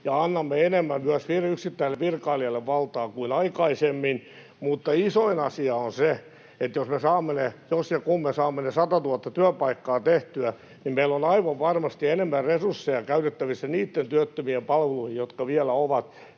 ja annamme myös yksittäiselle virkailijalle enemmän valtaa kuin aikaisemmin. Mutta isoin asia on se, että jos me saamme — jos ja kun me saamme — ne satatuhatta työpaikkaa tehtyä, niin meillä on aivan varmasti enemmän resursseja käytettävissä niitten työttömien palveluihin, jotka vielä ovat